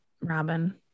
Robin